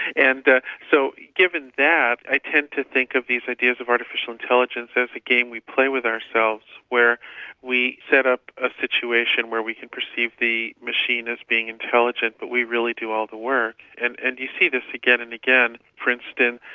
and so given that i tend to think of these ideas of artificial intelligence as a game we play with ourselves, where we set up a situation where we can perceive the machine as being intelligent, but we really do all the work. and and you see this again and again. for instance,